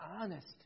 honest